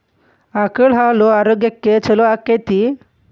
ಆಕಳ ಹಾಲು ಆರೋಗ್ಯಕ್ಕೆ ಛಲೋ ಆಕ್ಕೆತಿ?